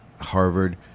Harvard